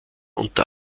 unter